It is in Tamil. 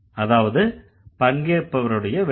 அதாவது பங்கேற்பவருடைய வேலை